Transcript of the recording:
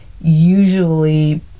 usually